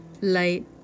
light